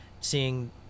seeing